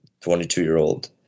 22-year-old